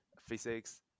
physics